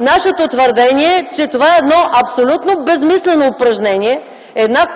нашето твърдение, че това е абсолютно безсмислено упражнение,